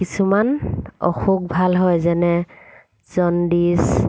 কিছুমান অসুখ ভাল হয় যেনে জণ্ডিচ